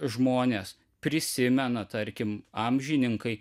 žmonės prisimena tarkim amžininkai